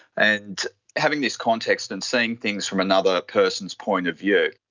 and having this context and seeing things from another person's point of view,